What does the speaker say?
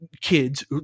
kids